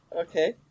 Okay